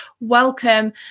welcome